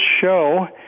show